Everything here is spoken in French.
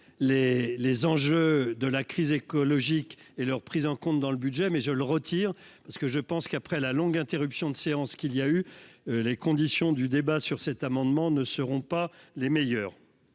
les enjeux de la crise écologique et leur prise en compte dans le budget, mais je le retire parce que je pense qu'après la longue interruption de séance, qu'il y a eu les conditions du débat sur cet amendement ne seront pas les meilleurs.